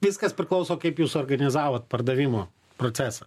viskas priklauso kaip jūs organizavot pardavimo procesą